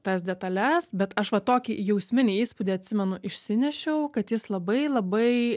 tas detales bet aš va tokį jausminį įspūdį atsimenu išsinešiau kad jis labai labai